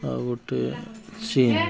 ଆଉ ଗୋଟେ ଚୀନ